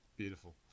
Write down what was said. beautiful